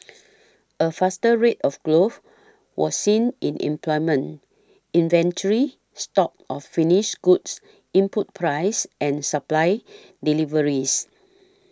a faster rate of growth was seen in employment inventory stocks of finished goods input prices and supplier deliveries